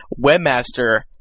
Webmaster